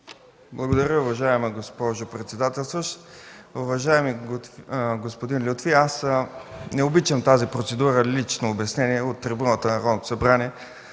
Благодаря, уважаема госпожо председател. Уважаеми господин Лютфи, аз не обичам тази процедура „лично обяснение” от трибуната на Народното събрание.